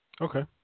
Okay